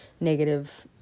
negative